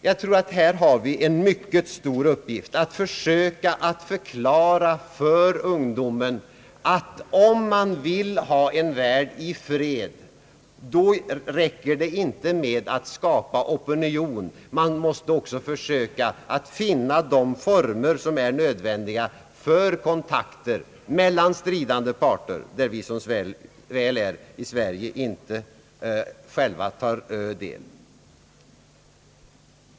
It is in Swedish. Jag tror att vi här har en mycket stor uppgift när det gäller att försöka förklara för ungdomen att det, om man vill ha en värld i fred, inte räcker att skapa opinion, utan man måste också försöka finna de former som är nödvändiga för kontakter mellan stridande parter, till vilka Sverige som väl är inte hör.